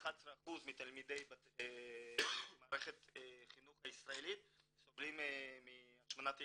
11% מתלמידי מערכת החינוך הישראלית סובלים מהשמנת יתר.